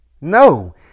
No